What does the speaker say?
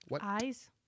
Eyes